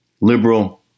Liberal